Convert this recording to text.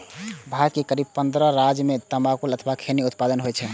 भारत के करीब पंद्रह राज्य मे तंबाकू अथवा खैनी के उत्पादन होइ छै